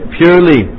purely